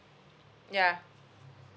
ya